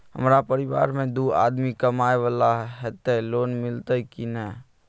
हमरा परिवार में दू आदमी कमाए वाला हे ते लोन मिलते की ने?